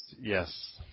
Yes